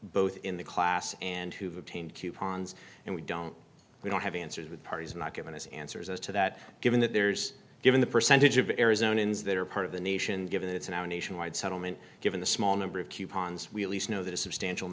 both in the class and who have obtained coupons and we don't we don't have answers with parties not given us answers as to that given that there's given the percentage of arizona ins that are part of the nation given that it's now a nationwide settlement given the small number of coupons we at least know that a substantial